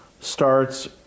starts